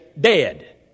dead